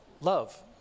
love